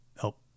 help